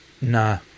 Nah